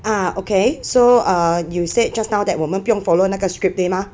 ah okay so err you said just now that 我们不用 follow 那个 script 对吗